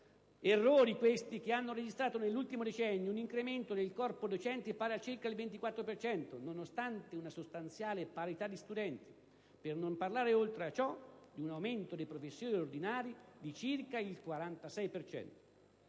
errori, questi, che hanno registrato nell'ultimo decennio un incremento del corpo docente pari a circa il 24 per cento nonostante una sostanziale parità di studenti, per non parlare, oltre a ciò, di un aumento dei professori ordinari di circa il 46